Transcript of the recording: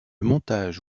montage